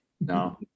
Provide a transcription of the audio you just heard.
No